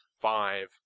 Five